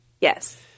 Yes